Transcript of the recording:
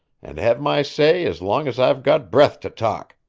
and have my say as long as i've got breath to talk.